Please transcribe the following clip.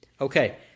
Okay